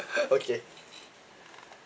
okay